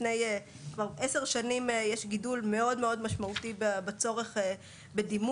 כבר מלפני עשר שנים יש גידול מאוד משמעותי בצורך בדימות,